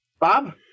Bob